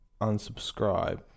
unsubscribe